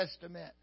Testament